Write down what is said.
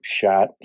shot